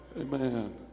Amen